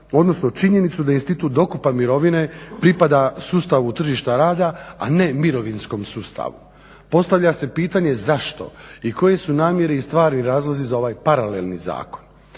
odnosno činjenicu da institut dokupa mirovine pripada sustavu tržišta rada a ne mirovinskom sustavu. Postavlja se pitanje zašto i koje su namjere i stvarni razlozi za ovaj paralelni zakon.